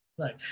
right